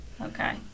Okay